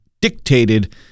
dictated